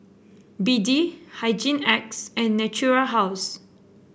B D Hygin X and Natura House